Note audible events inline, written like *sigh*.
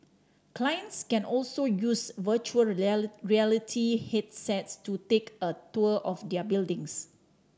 clients can also use virtual *unintelligible* reality headsets to take a tour of their buildings